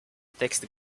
texte